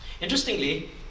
Interestingly